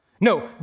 No